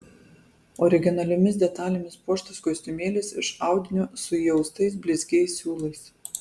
originaliomis detalėmis puoštas kostiumėlis iš audinio su įaustais blizgiais siūlais